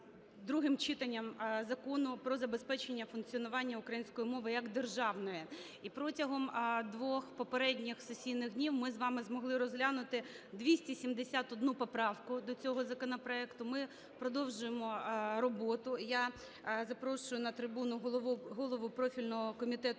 другим читанням Закону про забезпечення функціонування української мови як державної. І протягом двох попередніх сесійних днів ми з вами змогли розглянути 271 поправку до цього законопроекту, ми продовжуємо роботу. Я запрошую на трибуну голову профільного Комітету